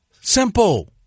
Simple